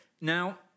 Now